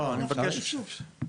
אפשר לעלות אותו בזום?